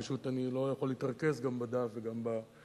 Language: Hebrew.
פשוט, אני לא יכול גם להתרכז בדף וגם בלדבר.